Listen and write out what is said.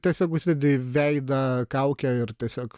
tiesiog užsidedi veidą kaukę ir tiesiog